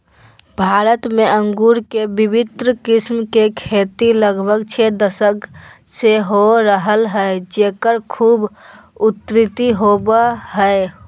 भारत में अंगूर के विविन्न किस्म के खेती लगभग छ दशक से हो रहल हई, जेकर खूब उन्नति होवअ हई